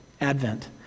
Advent